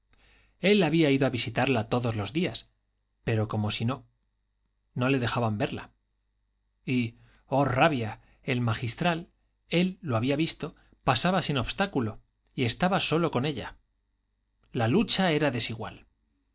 él había ido a visitarla todos los días pero como si no no le dejaban verla y oh rabia el magistral él lo había visto pasaba sin obstáculo y estaba solo con ella la lucha era desigual